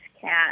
cat